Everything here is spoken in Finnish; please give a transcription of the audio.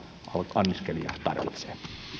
anniskelija tarvitsee